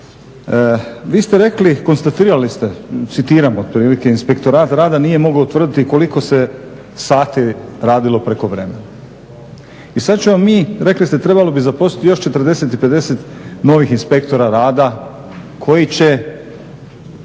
Vi ste rekli, konstatirali ste citiram otprilike: "Inspektorat rada nije mogao utvrditi koliko se sati radilo prekovremeno." I sad ćemo mi rekli ste trebalo bi zaposliti još 40 ili 50 novih inspektora rada koji će